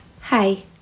Hi